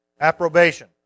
approbation